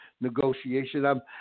negotiation